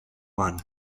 one